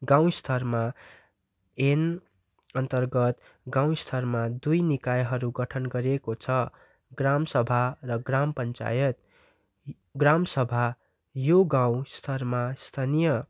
गाउँ स्तरमा ऐन अन्तर्गत गाउँ स्तरमा दुई निकायहरू गठन गरिएको छ ग्राम सभा र ग्राम पञ्चायत ग्राम सभा यो गाउँ स्तरमा स्थानीय